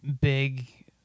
big